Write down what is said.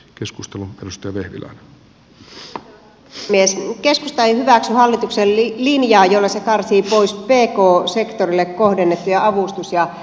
keskusta ei hyväksy hallituksen linjaa jolla se karsii pois pk sektorille kohdennettuja avustus ja tukimuotoja